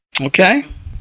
okay